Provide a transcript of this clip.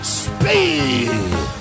speed